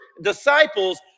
disciples